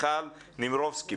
מיכל נמירובסקי.